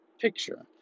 picture